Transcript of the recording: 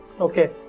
Okay